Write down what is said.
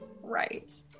right